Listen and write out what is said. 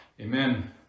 amen